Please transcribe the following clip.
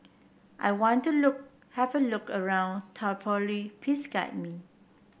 I want to look have a look around Tripoli please guide me